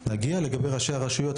לגבי ראשי הרשויות,